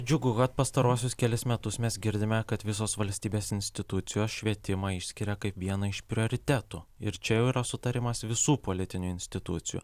džiugu kad pastaruosius kelis metus mes girdime kad visos valstybės institucijos švietimą išskiria kaip vieną iš prioritetų ir čia jau yra sutarimas visų politinių institucijų